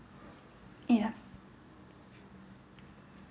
ya